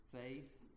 faith